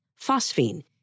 phosphine